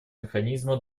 механизма